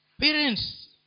Parents